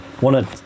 wanted